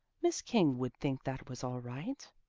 miss king would think that was all right.